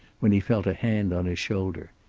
when he felt a hand on his shoulder.